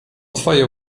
twoje